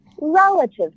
relative